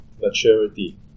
maturity